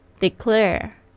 Declare